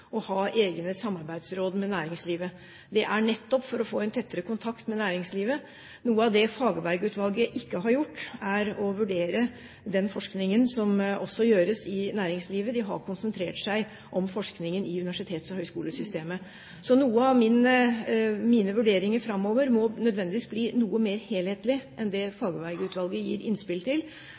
å ha egne samarbeidsråd med næringslivet, nettopp for å få en tettere kontakt med næringslivet. Noe av det Fagerberg-utvalget ikke har gjort, er å vurdere den forskningen som også gjøres i næringslivet. De har konsentrert seg om forskningen i universitets- og høyskolesystemet. Så noen av mine vurderinger framover må nødvendigvis bli noe mer helhetlig enn det Fagerberg-utvalget gir innspill til.